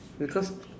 because